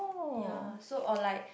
ya so or like